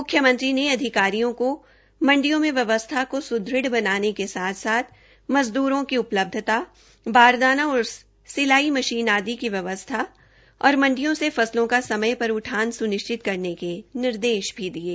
मुख्यमंत्री ने अधिकारियों को मंडियों में व्यस्था को सुदृढ़ बनाने के साथ साथ मजदरों की उपलब्धता धर्म कांटा बारदाना और सिलाई मशीन आदि की व्यवस्था और मंडियों से फसलों का समय पर उठान सुनिश्चित करने के निर्देश भी दिये